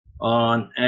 on